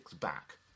back